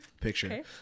picture